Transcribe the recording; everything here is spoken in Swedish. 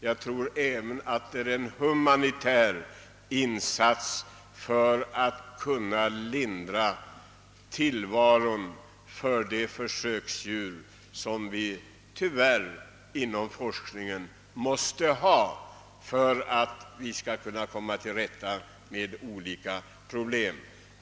Jag tror även att det är en betydande humanitär insats när det gäller tillvaron för de försöksdjur som vi tyvärr måste ha inom forskningen för att kunna komma till rätta med olika problem.